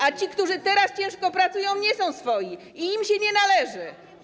A ci, którzy teraz ciężko pracują, nie są swoi i im się nie należy.